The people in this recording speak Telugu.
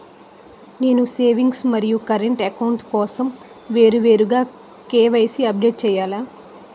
నేను సేవింగ్స్ మరియు కరెంట్ అకౌంట్ కోసం వేరువేరుగా కే.వై.సీ అప్డేట్ చేయాలా?